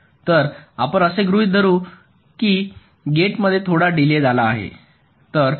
तर आपण असे गृहीत धरतो की गेट मध्ये थोडा डीले झाला आहे